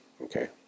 Okay